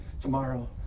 tomorrow